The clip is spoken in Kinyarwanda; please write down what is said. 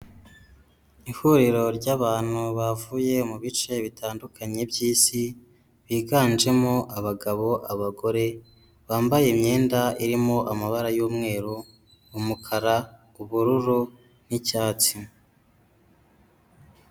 Ihuriro ry'abantu bavuye mu bice bitandukanye by'isi, biganjemo abagabo, abagore, bambaye imyenda irimo amabara y'umweru, umukara, ubururu n'icyatsi.